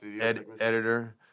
editor